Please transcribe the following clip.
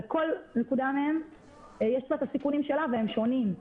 ולכל נקודה יש את הסיכונים שלה והם שונים.